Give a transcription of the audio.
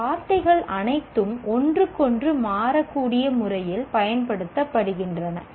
இந்த வார்த்தைகள் அனைத்தும் ஒன்றுக்கொன்று மாறக்கூடிய முறையில் பயன்படுத்தப்படுகின்றன